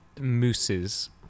mooses